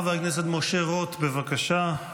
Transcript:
חבר הכנסת משה רוט, בבקשה,